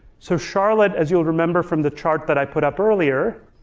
so charlotte, as you'll remember from the chart that i put up earlier,